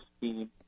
team